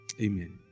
amen